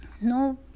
no